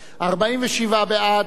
נא להצביע.